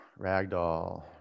ragdoll